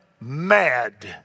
mad